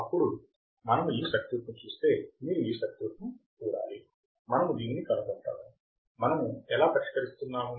అప్పుడు మనము ఈ సర్క్యూట్ను చూస్తే మీరు ఈ సర్క్యూట్ను చూడాలి మనము దీనిని కనుగొంటాము మనము ఎలా పరిష్కరిస్తున్నాము